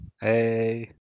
hey